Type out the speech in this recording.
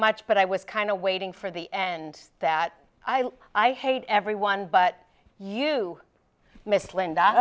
much but i was kind of waiting for the end that i hate everyone but you miss linda